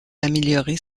améliorer